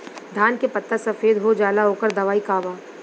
धान के पत्ता सफेद हो जाला ओकर दवाई का बा?